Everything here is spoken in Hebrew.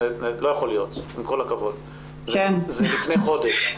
לא יכול להיות, עם כל הכבוד, זה לפני חודש.